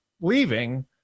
leaving